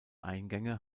eingänge